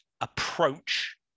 approach